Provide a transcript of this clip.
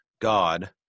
God